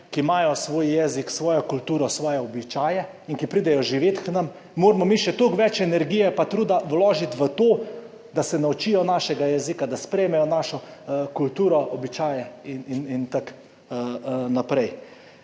ki imajo svoj jezik, svojo kulturo, svoje običaje in ki pridejo živet k nam, moramo mi še toliko več energije pa truda vložiti v to, da se naučijo našega jezika, da sprejmejo našo kulturo, običaje in tako naprej.